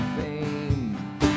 fame